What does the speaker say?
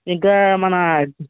ఇంకా మన